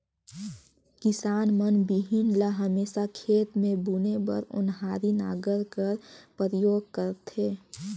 किसान मन बीहन ल हमेसा खेत मे बुने बर ओन्हारी नांगर कर परियोग करथे